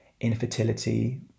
infertility